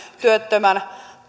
työttömän